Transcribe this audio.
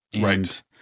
right